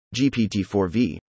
GPT-4V